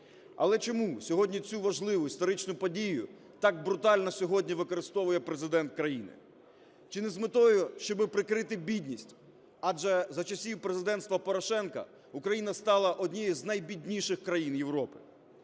Але чому сьогодні цю важливу історичну подію так брутально сьогодні використовує Президент країни? Чи не з метою, щоби прикрити бідність, адже за часів президенства Порошенка Україна стала однією з найбідніших країн Європи.